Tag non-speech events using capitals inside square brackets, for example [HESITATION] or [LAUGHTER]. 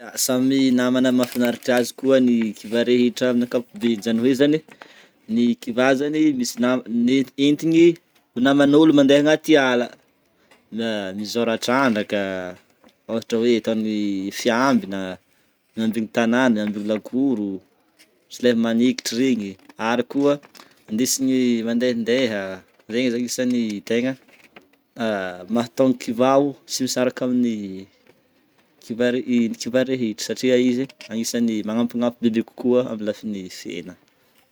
Samy namagna mafinaritra azy koa ny kivà rehetra aminy ankapobeny, zany hoe zany ny kivà zany [HESITATION] entigny ho naman'olo mandé agnaty ala, mijora trandraka ôhatra hoe atony fiambina, hiambina tanana hiambina lakoro sy le manekitry regny ary koa indesiny mandendeha zegny zany anisany tegna mahatonga kivà ô tsy misaraka amin'ny [HESITATION] kivà rehetra satria izy anisany magnampinampy bebe kokoa aminy lafin'ny fiegnana.